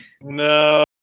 No